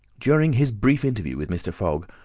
during his brief interview with mr. fogg,